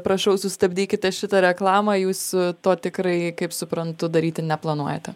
prašau sustabdykite šitą reklamą jūs to tikrai kaip suprantu daryti neplanuojate